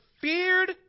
feared